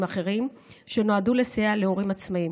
אחרים שנועדו לסייע להורים עצמאיים.